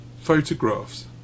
photographs